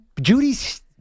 Judy's